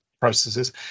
processes